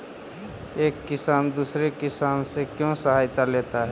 एक किसान दूसरे किसान से क्यों सहायता लेता है?